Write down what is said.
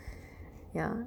ya